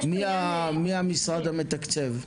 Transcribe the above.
מי המשרד המתקצב?